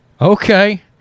okay